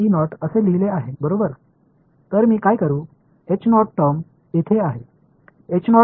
எனவே நான் இந்த வெளிப்பாட்டை இன்னும் என்ன செய்ய முடியும் நான் ஐ இந்த வடிவத்தில் எழுதலாமா